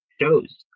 shows